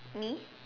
me